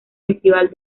festival